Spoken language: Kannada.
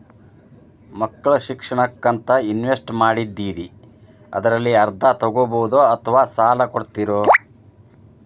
ಮಕ್ಕಳ ಶಿಕ್ಷಣಕ್ಕಂತ ಇನ್ವೆಸ್ಟ್ ಮಾಡಿದ್ದಿರಿ ಅದರಲ್ಲಿ ಅರ್ಧ ತೊಗೋಬಹುದೊ ಅಥವಾ ಸಾಲ ಕೊಡ್ತೇರೊ?